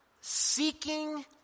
seeking